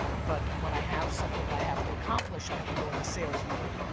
but when i have something i have to accomplish i have to go into sales mode.